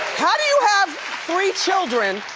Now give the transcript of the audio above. how do you have three children